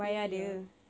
bayar dia